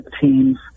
teams